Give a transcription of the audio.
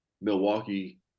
Milwaukee